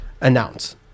announce